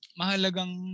mahalagang